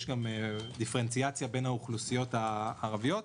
יש גם דיפרנציאציה בין האוכלוסיות הערביות.